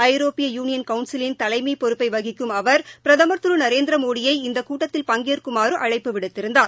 ஐரோப்பிய யூனியன் கவுன்சிலின் தலைமை பொறுப்பை வகிக்கும் அவர் பிரதமர் திரு நரேந்திரமோடியை இந்தக்கூட்டத்தில் பங்கேற்குமாறு அழைப்பு விடுத்திருந்தார்